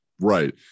right